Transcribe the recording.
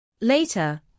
Later